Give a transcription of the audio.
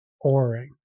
oaring